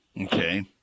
Okay